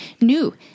New